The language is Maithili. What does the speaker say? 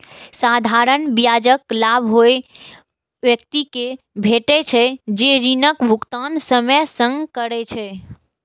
साधारण ब्याजक लाभ ओइ व्यक्ति कें भेटै छै, जे ऋणक भुगतान समय सं करै छै